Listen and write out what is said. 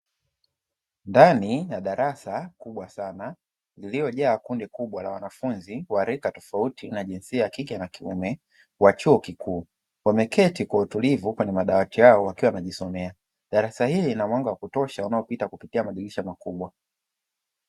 Ndani ya darasa kubwa sana lililojaa kundi kubwa la wanafunzi wa rika tofauti na jinsia ya kike na kiume wa chuo kikuu. Wameketi kwa utulivu kwenye madawati yao wakiwa wanajisomea. Darasa hili lina mwanga wa kutosha unaopita kupitia madirisha makubwa.